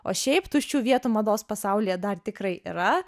o šiaip tuščių vietų mados pasaulyje dar tikrai yra